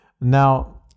Now